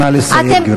נא לסיים, גברתי.